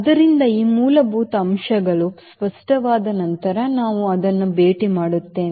ಆದ್ದರಿಂದ ಈ ಮೂಲಭೂತ ಅಂಶಗಳು ಸ್ಪಷ್ಟವಾದ ನಂತರ ನಾವು ಅದನ್ನು ಭೇಟಿ ಮಾಡುತ್ತೇವೆ